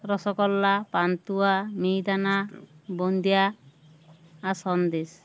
রসগোল্লা পান্তুয়া মিহিদানা বোঁদে আর সন্দেশ